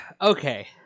Okay